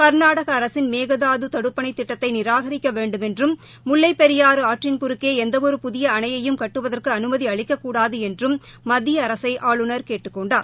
கர்நாடக அரசின் மேகதாது தடுப்பணை திட்டத்தை நிராகரிக்க வேண்டுமென்றும் முல்லைப் பெரியாறு ஆற்றின் குறுக்கே எந்த ஒரு புதிய அணையையும் கட்டுவதற்கு அனுமதி அளிக்கக்கூடாது என்றும் மத்திய அரசை ஆளுநர் கேட்டுக் கொண்டார்